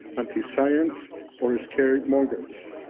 anti-science or is carried mongers.